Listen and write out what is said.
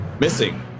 missing